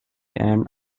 and